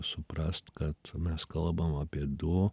suprast kad mes kalbam apie du